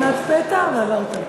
הייתה בחינת פתע, ועברת אותה.